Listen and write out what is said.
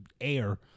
air